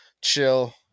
chill